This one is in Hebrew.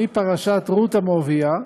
מפרשת רות המואבייה,